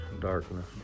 darkness